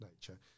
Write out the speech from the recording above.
nature